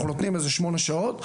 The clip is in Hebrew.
אנחנו נותנים איזה שמונה שעות,